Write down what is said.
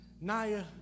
Naya